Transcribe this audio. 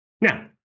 Now